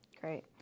great